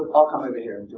i'll come over here